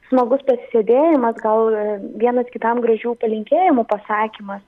smagus pasisėdėjimas gal vienas kitam gražių palinkėjimų pasakymas